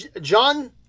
John